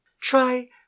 Try